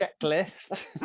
checklist